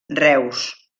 reus